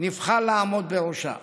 נבחר לעמוד בראשה.